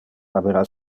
habera